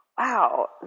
wow